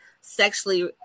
sexually